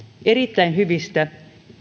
erittäin hyvistä